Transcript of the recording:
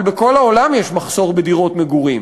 אבל בכל העולם יש מחסור בדירות מגורים.